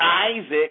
Isaac